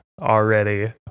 already